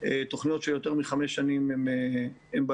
תוכניות שהם יותר מ-5 שנים הן בעייתיות.